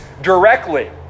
directly